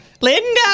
Linda